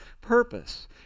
purpose